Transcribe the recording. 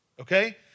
Okay